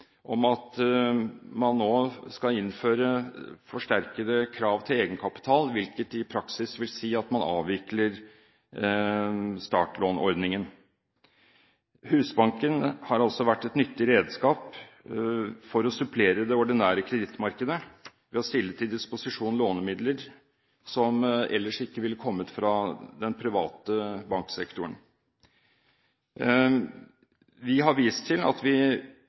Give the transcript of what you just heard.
om at man nå skal innføre forsterkede krav til egenkapital, hvilket i praksis vil si at man avvikler startlånordningen. Husbanken har altså vært et nyttig redskap for å supplere det ordinære kredittmarkedet ved å stille til disposisjon lånemidler som ellers ikke ville kommet fra den private banksektoren. Vi har vist til at vi